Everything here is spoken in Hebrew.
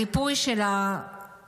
הריפוי של העוטף,